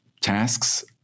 tasks